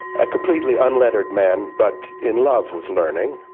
a completely unlettered man, but in love with learning,